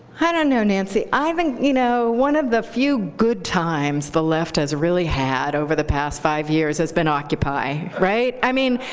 i don't know, nancy. i think you know one of the few good times the left has really had over the past five years has been occupy, right? i mean,